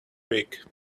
week